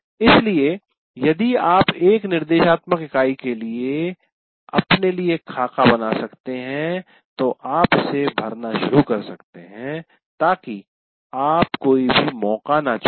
इसलिए यदि आप एक निर्देशात्मक इकाई के लिए अपने लिए एक खाका बना सकते हैं तो आप इसे भरना शुरू कर सकते हैं ताकि आप कोई भी मौका न छोड़ें